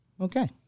Okay